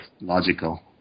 logical